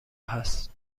هست